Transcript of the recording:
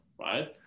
right